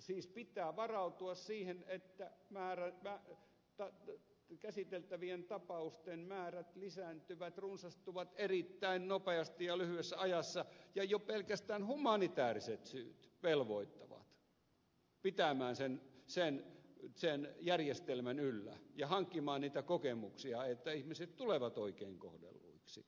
siis pitää varautua siihen että käsiteltävien tapausten määrät lisääntyvät runsastuvat erittäin nopeasti ja lyhyessä ajassa ja jo pelkästään humanitääriset syyt velvoittavat pitämään sen järjestelmän yllä ja hankkimaan niitä kokemuksia että ihmiset tulevat oikein kohdelluiksi